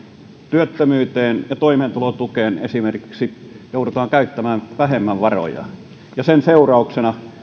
työttömyyteen ja toimeentulotukeen esimerkiksi joudutaan käyttämään vähemmän varoja ja sen seurauksena